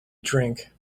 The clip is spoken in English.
drink